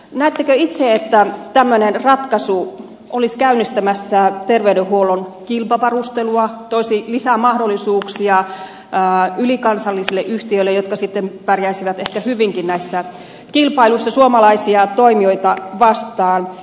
näettekö itse että tämmöinen ratkaisu olisi käynnistämässä terveydenhuollon kilpavarustelua toisi lisää mahdollisuuksia ylikansallisille yhtiöille jotka sitten pärjäisivät ehkä hyvinkin näissä kilpailuissa suomalaisia toimijoita vastaan